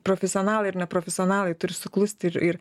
profesionalai ir neprofesionalai turi suklusti ir ir